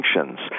sanctions